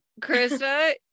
Krista